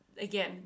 again